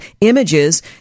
images